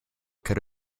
could